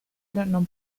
non